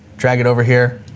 drag it over here,